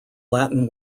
latin